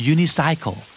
Unicycle